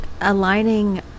aligning